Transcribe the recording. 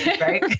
Right